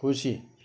खुसी